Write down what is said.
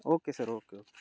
okay sir okay okay